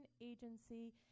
agency